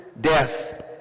death